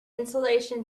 insulation